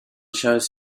chose